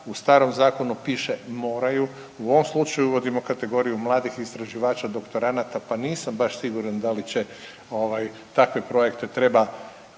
U starom zakonu piše moraju, u ovom slučaju uvodimo kategoriju mladih istraživača, doktoranata pa nisam baš siguran da li će ovaj takve projekte treba